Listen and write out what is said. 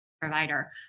provider